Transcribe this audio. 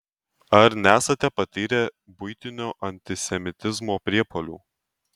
ar nesate patyrę buitinio antisemitizmo priepuolių